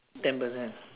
ten percent